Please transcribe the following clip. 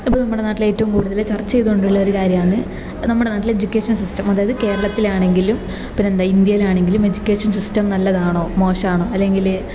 ഇപ്പോൾ നമ്മുടെ നാട്ടിലേറ്റവും കൂടുതൽ ചർച്ച ചെയ്തു കൊണ്ടുള്ള ഒരു കാര്യമാണ് നമ്മുടെ നാട്ടിലെ എജ്യുക്കേഷൻ സിസ്റ്റം അതായത് കേരളത്തിലാണെങ്കിലും പിന്നെ എന്താ ഇന്ത്യയിലാണെങ്കിലും എജ്യുക്കേഷൻ സിസ്റ്റം നല്ലതാണോ മോശമാണോ അല്ലെങ്കിൽ